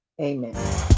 amen